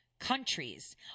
countries